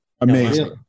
Amazing